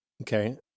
Okay